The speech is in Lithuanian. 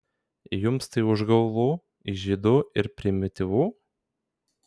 jums tai užgaulu įžeidu ir primityvu